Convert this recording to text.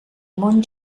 món